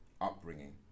upbringing